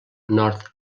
nord